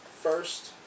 first